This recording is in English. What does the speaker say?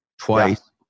twice